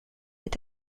est